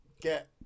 get